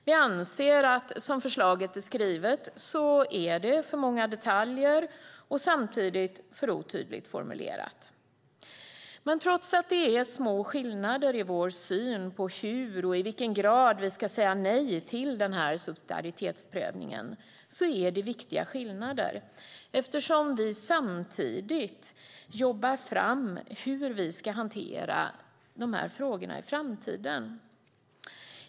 Vi anser att som förslaget är skrivet är det för många detaljer och samtidigt för otydligt formulerat. Men trots att det är små skillnader i vår syn på hur och i vilken grad vi ska säga nej till den här subsidiaritetsprövningen är det viktiga skillnader eftersom vi samtidigt jobbar fram hur vi ska hantera dessa frågor i framtiden.